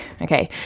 Okay